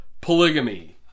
polygamy